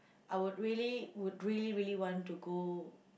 I would really would really really want to go